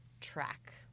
track